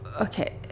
Okay